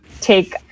take